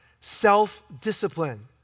Self-discipline